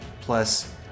plus